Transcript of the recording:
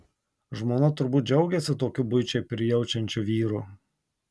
žmona turbūt džiaugiasi tokiu buičiai prijaučiančiu vyru